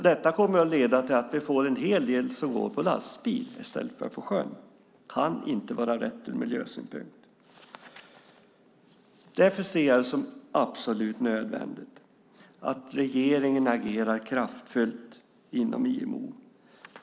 Detta kommer att leda till att vi får en hel del som går på lastbil i stället för på sjön. Det kan inte vara rätt ur miljösynpunkt. Därför ser jag det som absolut nödvändigt att regeringen agerar kraftfullt inom IMO.